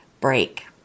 break